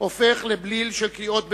הופך לבליל של קריאות ביניים,